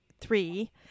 three